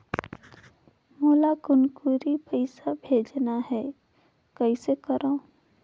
मोला कुनकुरी पइसा भेजना हैं, कइसे करो?